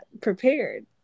prepared